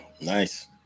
Nice